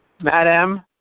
Madam